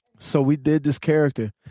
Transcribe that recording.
so we did this character.